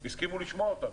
הסכימו לשמוע אותנו.